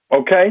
okay